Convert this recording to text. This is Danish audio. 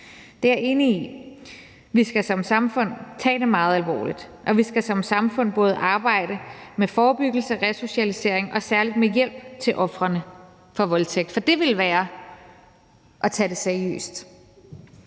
enig i, altså at vi som samfund skal tage det meget alvorligt, og at vi som samfund både skal arbejde med forebyggelse, med resocialisering og særlig med hjælp til ofrene for voldtægt, for det ville være at tage det seriøst.